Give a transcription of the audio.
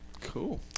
Cool